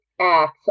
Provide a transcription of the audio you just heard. acts